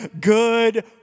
good